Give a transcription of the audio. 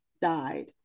died